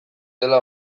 dela